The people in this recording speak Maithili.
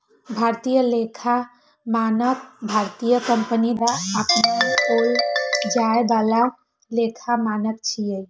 भारतीय लेखा मानक भारतीय कंपनी द्वारा अपनाओल जाए बला लेखा मानक छियै